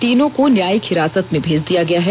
तीनों को न्यायिक हिरासत में भेज दिया गया है